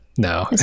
No